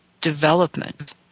development